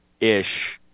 ish